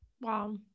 Wow